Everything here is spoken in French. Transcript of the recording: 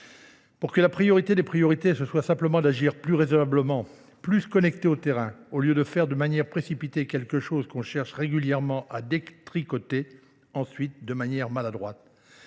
Pour que la priorité des priorités, ce soit simplement d'agir plus raisonnablement, plus connecté au terrain, au lieu de faire de manière précipitée quelque chose qu'on cherche régulièrement à détricoter, ensuite de manière maladroite.